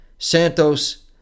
Santos